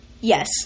Yes